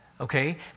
Okay